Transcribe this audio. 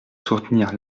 soutenir